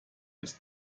ist